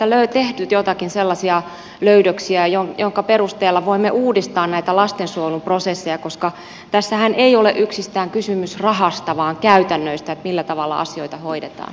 onko tehty joitakin sellaisia löydöksiä joiden perusteella voimme uudistaa näitä lastensuojelun prosesseja koska tässähän ei ole yksistään kysymys rahasta vaan käytännöistä millä tavalla asioita hoidetaan